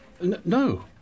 No